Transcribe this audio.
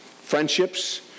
friendships